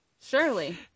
Surely